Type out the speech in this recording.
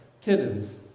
kittens